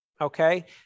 okay